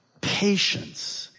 patience